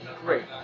great